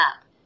up